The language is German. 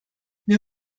wir